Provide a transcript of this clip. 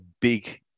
big